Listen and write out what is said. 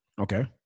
okay